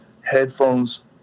headphones